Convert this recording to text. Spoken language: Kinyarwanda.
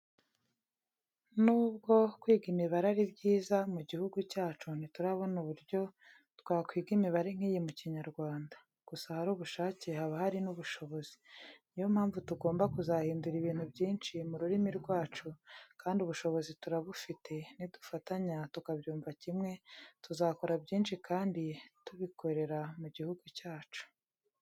Nubwo kwiga imibare ari byiza, mu gihugu cyacu ntiturabona uburyo twakwiga imibare nk'iyi mu Kinyarwanda. Gusa ahari ubushake haba hari n'ubushobozi. Ni yo mpamvu tugomba kuzahindura ibintu byinshi mu rurimi rwacu kandi ubushobozi turabufite, nidufatanya tukabyumva kimwe tuzakora byinshi kandi tubikorera mu gihugu cyacu.